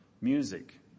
music